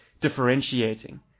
differentiating